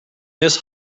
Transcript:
this